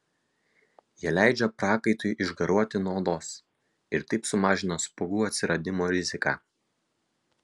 jie leidžia prakaitui išgaruoti nuo odos ir taip sumažina spuogų atsiradimo riziką